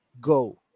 go